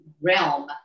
realm